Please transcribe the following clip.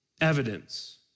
evidence